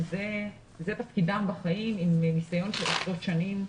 שזה תפקידן בחיים והן עם ניסיון של עשרות שנים.